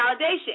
validation